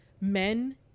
men